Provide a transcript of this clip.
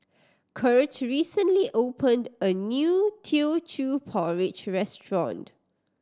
Curt recently opened a new Teochew Porridge restaurant